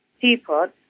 teapot